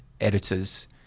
editors